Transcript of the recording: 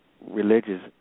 Religious